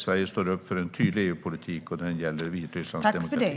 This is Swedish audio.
Sverige står upp för en tydlig EU-politik när det gäller Vitrysslands demokrati.